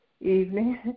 evening